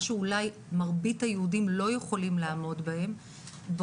מה שאולי מרבית היהודים לא יכולים לעמוד בהם,